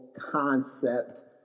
Concept